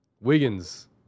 Wiggins